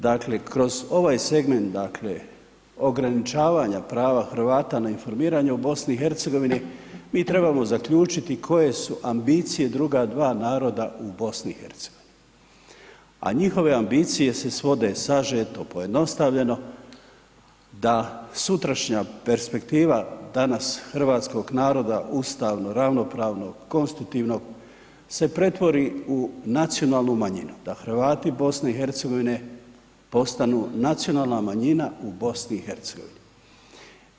Dakle kroz ovaj segment ograničavanja prava Hrvata na informiranje u BiH-u, mi trebamo zaključiti koje su ambicije druga dva naroda u BiH-u a njihove ambicije se svode sažeto pojednostavljeno da sutrašnja perspektiva, danas hrvatskog naroda ustavnog, ravnopravnog, konstitutivnog se pretvori u nacionalnu manjinu, da Hrvati BiH-a postanu nacionalna manjina u BiH-u.